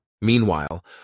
Meanwhile